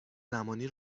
زمانی